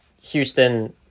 Houston